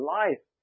life